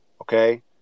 okay